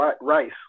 rice